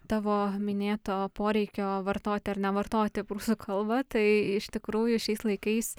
tavo minėto poreikio vartoti ar nevartoti prūsų kalbą tai iš tikrųjų šiais laikais